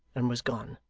and was gone.